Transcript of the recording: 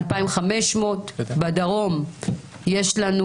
כ-2,500, בדרום יש לנו